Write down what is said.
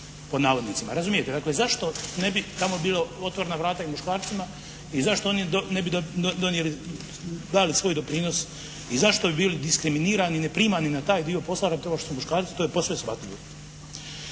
pod navodnicima? Razumijete? Dakle, zašto ne bi tamo bilo otvorena vrata i muškarcima i zašto oni ne bi donijeli, dali svoj doprinos i zašto bi bili diskriminirani i neprimani na taj dio posla radi toga što